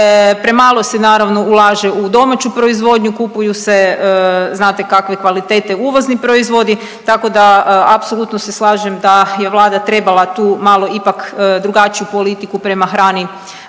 premalo se naravno ulaže u domaću proizvodnju, kupuju se znate kakve kvalitete uvozni proizvodi tako da apsolutno se slažem da je Vlada trebala tu malo ipak drugačiju politiku prema hrani